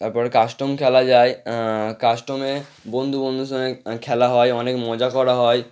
তারপরে কাস্টম খেলা যায় কাস্টমে বন্ধু বন্ধুর সঙ্গে খেলা হয় অনেক মজা করা হয়